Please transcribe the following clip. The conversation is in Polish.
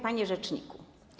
Panie Rzeczniku!